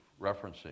referencing